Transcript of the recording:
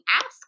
ask